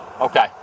Okay